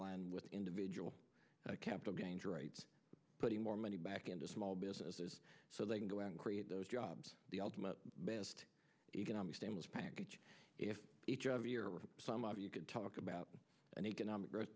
line with individual capital gains rates putting more money back into small businesses so they can go and create those jobs the ultimate best economic stimulus package if each of your some of you could talk about an economic growth